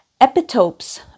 epitopes